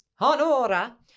Honora